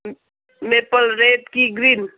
maple red कि green